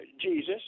Jesus